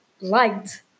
liked